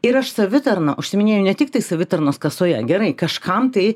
ir aš savitarna užsiiminėju ne tiktai savitarnos kasoje gerai kažkam tai